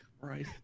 Right